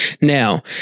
Now